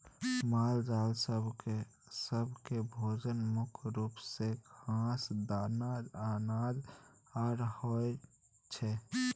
मालजाल सब केँ भोजन मुख्य रूप सँ घास, दाना, अनाज आर होइ छै